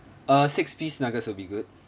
uh six piece nuggets will be good